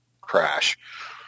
crash